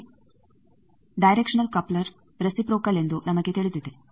ಮುಂದೆ directional coupler reciprocal ಎಂದು ನಮಗೆ ತಿಳಿದಿದೆ